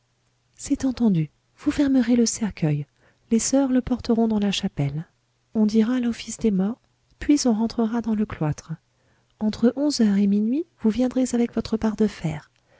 c'est entendu vous fermerez le cercueil les soeurs le porteront dans la chapelle on dira l'office des morts puis on rentrera dans le cloître entre onze heures et minuit vous viendrez avec votre barre de fer